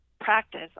practice